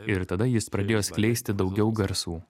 ir tada jis pradėjo skleisti daugiau garsų